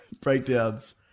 breakdowns